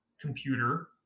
computer